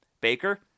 Baker